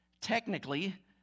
technically